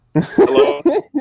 Hello